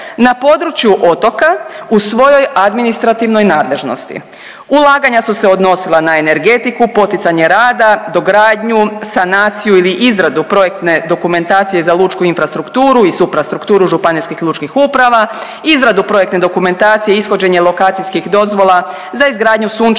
na području otoka u svojoj administrativnoj nadležnosti. Ulaganja su se odnosila na energetiku, poticanje rada, dogradnju, sanaciju ili izradu projektne dokumentacije za lučku infrastrukturu i supra strukturu Županijskih lučkih uprava, izradu projektne dokumentacije i ishođenje lokacijskih dozvola, za izgradnju sunčanih